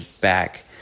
back